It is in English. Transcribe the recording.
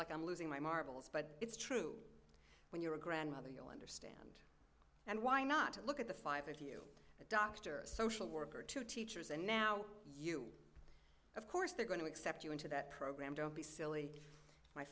like i'm losing my marbles but it's true when you're a grandmother you know and and why not look at the five of you dr social worker two teachers and now you of course they're going to accept you into that program don't be silly my